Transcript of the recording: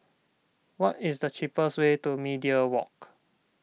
what is the cheapest way to Media Walk